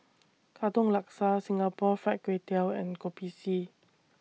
Katong Laksa Singapore Fried Kway Tiao and Kopi C